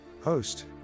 Host